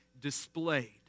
displayed